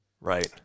Right